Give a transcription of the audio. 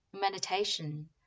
Meditation